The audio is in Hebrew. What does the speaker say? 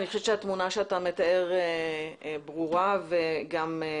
אני חושבת שהתמונה שאתה מתאר ברורה ואפילו